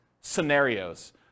scenarios